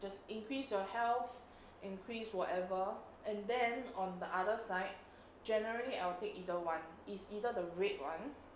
just increase your health increase whatever and then on the other side generally I will take either one it's either the red [one]